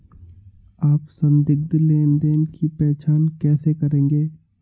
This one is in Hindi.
आप संदिग्ध लेनदेन की पहचान कैसे करेंगे?